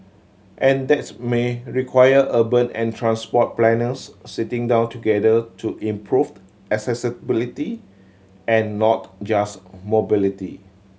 and that's may require urban and transport planners sitting down together to improved accessibility and not just mobility